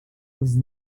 whose